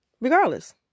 Regardless